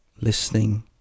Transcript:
listening